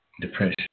depression